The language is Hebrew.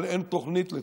אבל אין תוכנית לתעסוקה,